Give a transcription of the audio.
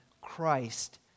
Christ